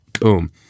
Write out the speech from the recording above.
Boom